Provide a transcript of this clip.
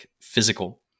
physical